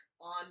on